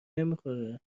نمیخوره